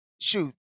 shoot